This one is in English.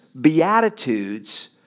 Beatitudes